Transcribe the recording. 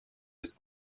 jest